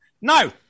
No